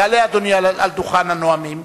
יעלה אדוני על דוכן הנואמים.